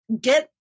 get